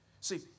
See